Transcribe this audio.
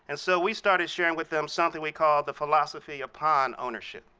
and so we started sharing with them something we call the philosophy upon ownership,